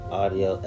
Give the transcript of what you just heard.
audio